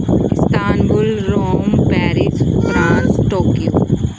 Istanbul Rome Paris France Tokyo